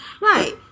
right